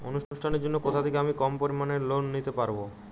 অনুষ্ঠানের জন্য কোথা থেকে আমি কম পরিমাণের লোন নিতে পারব?